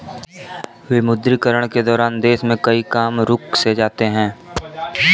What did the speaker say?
विमुद्रीकरण के दौरान देश में कई काम रुक से जाते हैं